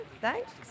thanks